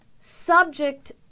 subject